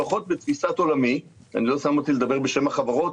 לפחות בתפיסת עולמי אני לא שם אותי לדבר בשם החברות,